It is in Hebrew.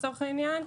לצורך העניין,